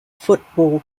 football